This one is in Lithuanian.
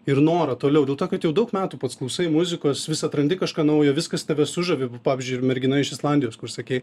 ir norą toliau dėl to kad jau daug metų pats klausai muzikos vis atrandi kažką naujo vis kas tave sužavi pavyzdžiui ir mergina iš islandijos kur sakei